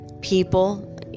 people